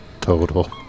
Total